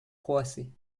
croasser